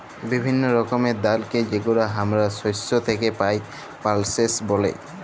বিভিল্য রকমের ডালকে যেগুলা হামরা শস্য থেক্যে পাই, পালসেস ব্যলে